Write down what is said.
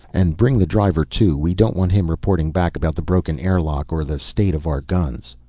and bring the driver too, we don't want him reporting back about the broken air lock or the state of our guns.